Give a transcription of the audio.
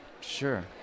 Sure